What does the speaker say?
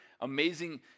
amazing